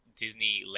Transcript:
Disneyland